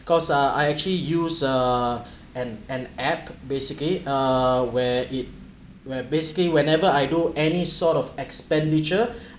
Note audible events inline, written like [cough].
cause uh I actually use uh an an app basically uh where it where basically whenever I do any sort of expenditure [breath]